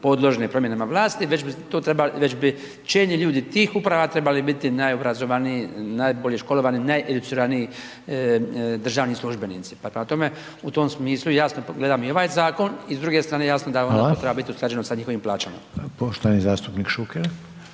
podložni promjenama vlasti, već bi čelni ljudi tih uprava trebali biti najobrazovaniji, najbolje školovani, najeduciraniji državni službenici. Pa prema tome, u tome smislu, jasno gledam i ovaj zakon i s druge strane .../Upadica: Hvala./... jasno da treba biti usklađen s njihovim plaćama.